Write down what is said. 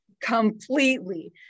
completely